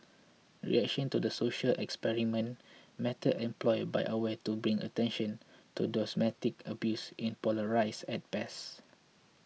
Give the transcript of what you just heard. reaction to the social experiment method employed by Aware to bring attention to domestic abuse in polarised at best